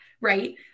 right